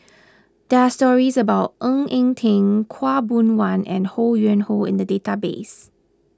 there are stories about Ng Eng Teng Khaw Boon Wan and Ho Yuen Hoe in the database